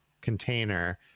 container